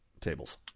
tables